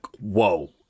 whoa